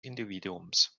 individuums